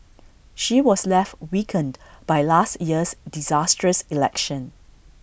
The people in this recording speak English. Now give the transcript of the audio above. she was left weakened by last year's disastrous election